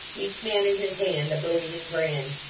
each man in his hand, a blazing brand.